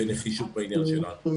ובנחישות בעניין שלנו.